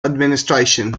administration